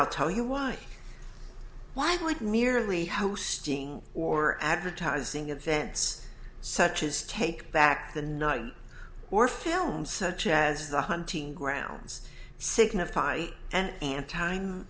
i'll tell you why why i like nearly hosting or advertising events such as take back the night or film such as the hunting grounds signify an an